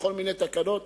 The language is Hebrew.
לכל מיני תקנות.